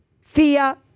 fear